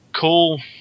cool